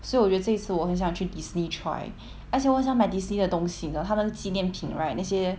所以我觉这一次我很想去 Disney try 而且我想买 Disney 的东西呢他们纪念品 right 那些